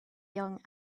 young